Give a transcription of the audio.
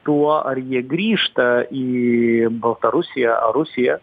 tuo ar jie grįžta į baltarusiją ar rusiją